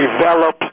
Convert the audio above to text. develop